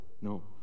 No